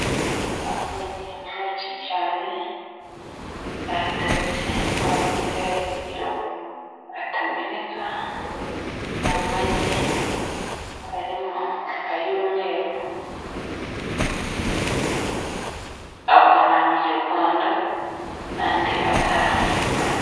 Amagi menshi cyane bayateretse muri tureyi kugira ngo atameneka ,ni amagi arimo ay'umweru ayo ni amanyarwanda ,n'andi atari amanyarwanda.